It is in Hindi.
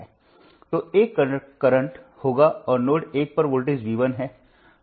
तो एक करंट होगा और नोड एक पर वोल्टेज V1 है नोड दो पर वोल्टेज V2 है